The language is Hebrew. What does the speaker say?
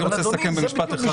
אני רוצה לסכם במשפט אחד.